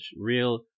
real